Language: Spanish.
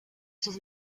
sus